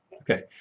Okay